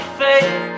faith